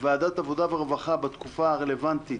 קבלת החלטה,